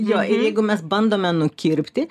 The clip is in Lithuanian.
jo ir jeigu mes bandome nukirpti